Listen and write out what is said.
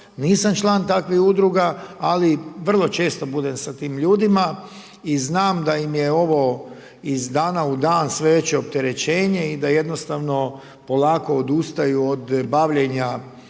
nisam član takvih udruga ali vrlo često budem sa tim ljudima i znam da im je ovo iz dana u dan sve veće opterećenje i da jednostavno polako odustaju od bavljenja